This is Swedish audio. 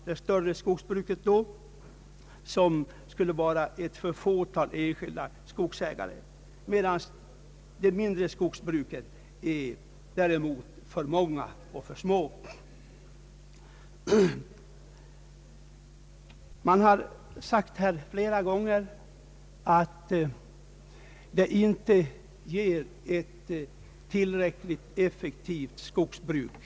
Det större skogsbruket skulle i så fall behärskas av ett fåtal enskilda skogsägare, medan de mindre skogsbruken är alltför många och alltför små. Det har sagts flera gånger i dag att småskogsbruket inte är ett tillräckligt effektivt skogsbruk.